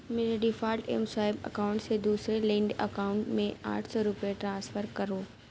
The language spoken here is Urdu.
میرے ڈیفالٹ ایم سوائپ اکاؤنٹ سے دوسرے لنکڈ اکاؤنٹ میں آٹھ سو روپے ٹرانسفر کرو